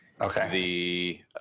Okay